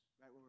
right